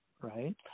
right